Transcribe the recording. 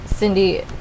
Cindy